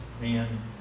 man